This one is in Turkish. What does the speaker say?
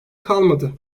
kalmadı